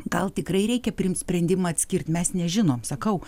gal tikrai reikia priimt sprendimą atskirt mes nežinom sakau